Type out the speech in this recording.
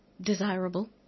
desirable